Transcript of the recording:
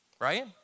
right